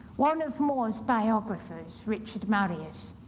one of more's biographers richard marius,